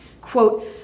quote